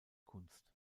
kunst